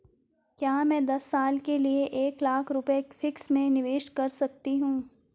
क्या मैं दस साल के लिए एक लाख रुपये फिक्स में निवेश कर सकती हूँ?